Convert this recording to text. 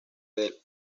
del